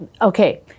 okay